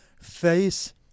face